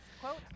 quote